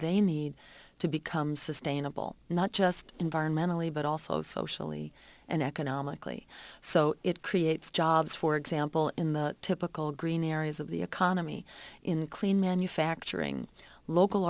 they need to become sustainable not just environmentally but also socially and economically so it creates jobs for example in the typical green areas of the economy in clean manufacturing local